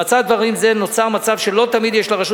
במצב דברים זה נוצר מצב שלא תמיד יש לרשות